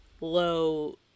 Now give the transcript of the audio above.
low